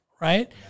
right